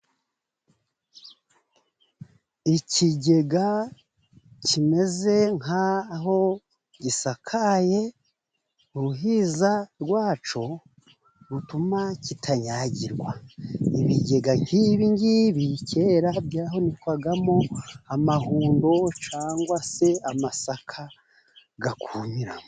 Ikigega kimeze nk'aho gisakaye, uruhiza rwacyo rutuma kitanyagirwa. Ibigega nk'ibi ngibi kera byahunikwagamo amahundo cyangwa se amasaka akumiramo.